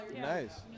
Nice